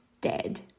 dead